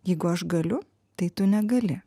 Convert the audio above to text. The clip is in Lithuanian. jeigu aš galiu tai tu negali